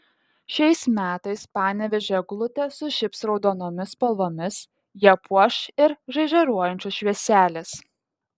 šiais metais panevėžio eglutė sužibs raudonomis spalvomis ją puoš ir žaižaruojančios švieselės